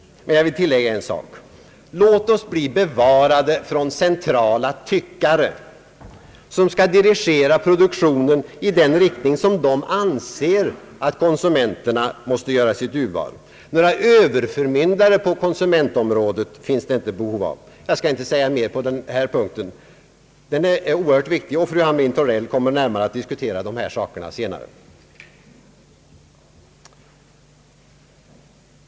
Men jag vill tillägga en sak: låt oss slippa centrala »tyckare» som skall dirigera produktionen i den riktning de anser att konsumenterna måste rikta sitt urval. Några överförmyndare på konsumentområdet finns det inte behov av. — Jag skall inte säga mera på denna oerhört viktiga punkt. Fru Hamrin Thorell kommer att senare diskutera problemet.